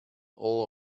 all